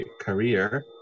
career